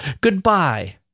Goodbye